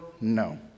No